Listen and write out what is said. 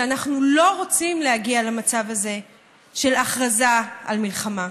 אנחנו לא רוצים להגיע למצב הזה של הכרזה על מלחמה.